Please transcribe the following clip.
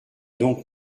donc